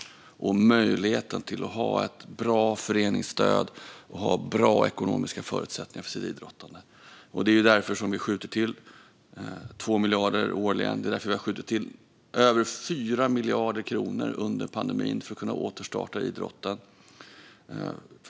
Det handlar också om möjligheten att ha ett bra föreningsstöd och att ha bra ekonomiska förutsättningar för sitt idrottande. Det är därför som vi skjuter till 2 miljarder årligen. Det är därför vi har skjutit till över 4 miljarder kronor under pandemin för att man ska kunna återstarta idrotten.